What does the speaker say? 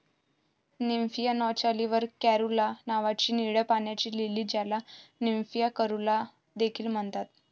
Nymphaea नौचाली वर caerulea नावाची निळ्या पाण्याची लिली, ज्याला निम्फिया कॅरुला देखील म्हणतात